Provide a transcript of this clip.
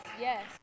yes